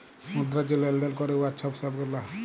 মুদ্রা যে লেলদেল ক্যরে উয়ার ছব সেবা গুলা